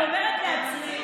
ואני אומרת לעצמי: